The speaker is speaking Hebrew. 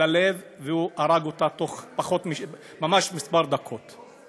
ללב, והרג אותה בתוך ממש דקות ספורות.